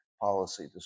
policy